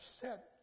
set